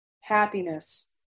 Happiness